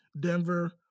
Denver